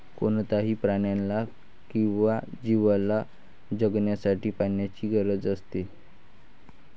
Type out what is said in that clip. कोणत्याही प्राण्याला किंवा जीवला जगण्यासाठी पाण्याची गरज असते